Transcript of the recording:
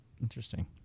Interesting